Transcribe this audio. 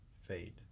fade